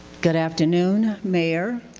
good afternoon mayor,